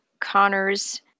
Connor's